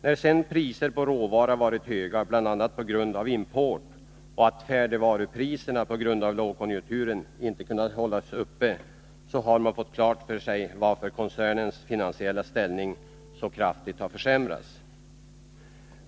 När sedan priserna på råvara varit höga bl.a. på grund av import och färdigvarupriserna på grund av lågkonjunkturen inte kunnat hållas uppe har man fått klart för sig varför koncernens finansiella ställning så kraftigt har försämrats.